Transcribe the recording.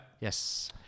Yes